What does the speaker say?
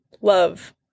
love